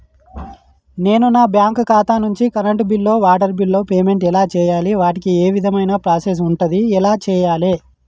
నేను నా బ్యాంకు ఖాతా నుంచి కరెంట్ బిల్లో వాటర్ బిల్లో పేమెంట్ ఎలా చేయాలి? వాటికి ఏ విధమైన ప్రాసెస్ ఉంటది? ఎలా చేయాలే?